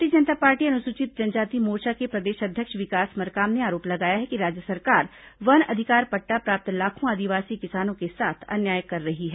भारतीय जनता पार्टी अनुसूचित जनजाति मोर्चा के प्रदेश अध्यक्ष विकास मरकाम ने आरोप लगाया है कि राज्य सरकार वन अधिकार पट्टा प्राप्त लाखों आदिवासी किसानों के साथ अन्याय कर रही है